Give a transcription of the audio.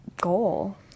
goal